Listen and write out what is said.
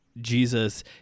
Jesus